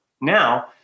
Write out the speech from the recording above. now